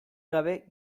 gabe